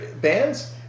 bands